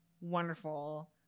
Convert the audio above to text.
wonderful